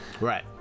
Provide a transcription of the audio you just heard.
Right